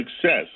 success